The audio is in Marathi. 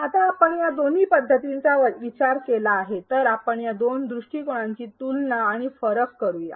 आता आपण या दोन्ही पध्दतींचा विचार केला आहे तर आपण या दोन दृष्टिकोनांची तुलना आणि फरक करू या